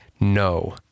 no